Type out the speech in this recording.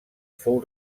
fou